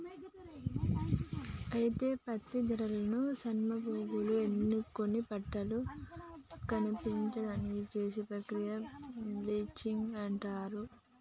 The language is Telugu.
అయితే పత్తి దారాలు సన్నపోగులు ఎన్నుకొని పట్టుల కనిపించడానికి చేసే ప్రక్రియ బ్లీచింగ్ అంటారు